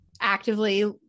actively